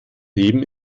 leben